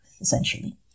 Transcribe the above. essentially